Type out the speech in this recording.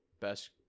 best